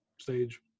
stage